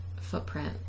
footprint